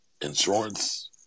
insurance